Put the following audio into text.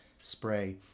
spray